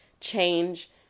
change